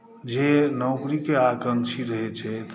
जे नौकरीके आकांक्षी रहैत छथि